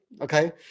okay